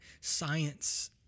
science